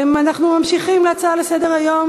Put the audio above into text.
שיהיה יותר על, אנחנו ממשיכים בהצעה לסדר-היום